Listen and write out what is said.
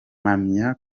mpamya